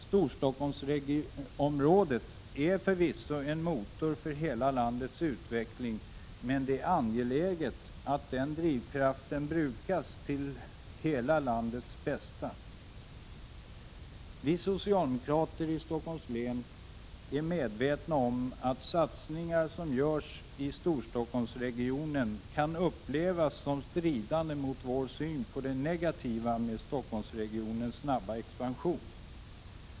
Storstockholmsområdet är förvisso en motor för hela landets utveckling, men det är angeläget att den drivkraften brukas till hela landets bästa. Vi socialdemokrater i Stockholms län är medvetna om att satsningar som görsi Storstockholmsregionen kan upplevas som stridande mot vår syn på det negativa med Stockholmsregionens snabba expansion.